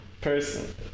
person